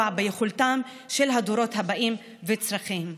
ביכולתם של הדורות הבאים וצורכיהם.